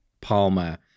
Palmer